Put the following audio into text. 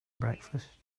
breakfast